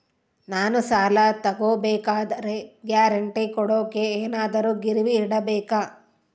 ನಾನು ಸಾಲ ತಗೋಬೇಕಾದರೆ ಗ್ಯಾರಂಟಿ ಕೊಡೋಕೆ ಏನಾದ್ರೂ ಗಿರಿವಿ ಇಡಬೇಕಾ?